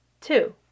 two